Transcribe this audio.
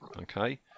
Okay